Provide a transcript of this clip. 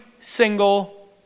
single